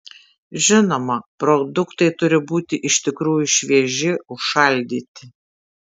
žinoma produktai turi būti iš tikrųjų švieži užšaldyti